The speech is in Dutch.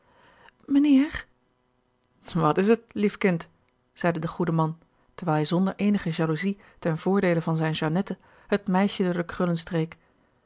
mijnheer wat is t lief kind zeide de goede man terwijl hij zonder eenige jaloezij ten voordeele van zijne jeannette het meisje door de krullen